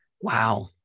Wow